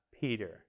Peter